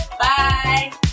Bye